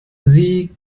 sie